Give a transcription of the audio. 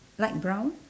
light brown